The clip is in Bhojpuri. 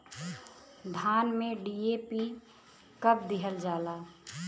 धान में डी.ए.पी कब दिहल जाला?